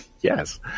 yes